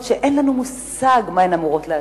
שאין לנו מושג מה הן אמורות לעשות.